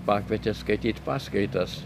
pakvietė skaityt paskaitas